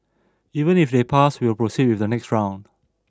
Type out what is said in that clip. even if they pass we'll proceed with the next round